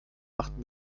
macht